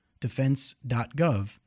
defense.gov